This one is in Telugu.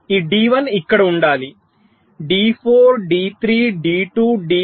ఈ D1 ఇక్కడ ఉండాలి D4 D3 D2 D 1